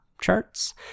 charts